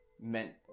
meant